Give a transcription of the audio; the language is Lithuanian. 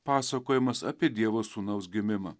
pasakojimas apie dievo sūnaus gimimą